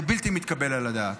זה בלתי מתקבל על הדעת.